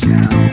now